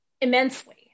immensely